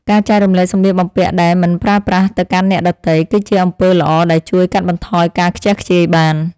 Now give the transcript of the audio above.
ការចែករំលែកសម្លៀកបំពាក់ដែលមិនប្រើប្រាស់ទៅកាន់អ្នកដទៃ គឺជាអំពើល្អដែលជួយកាត់បន្ថយការខ្ជះខ្ជាយបាន។